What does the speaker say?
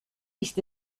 ist